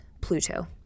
Pluto